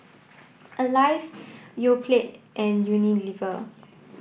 alive Yoplait and Unilever